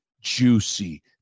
juicy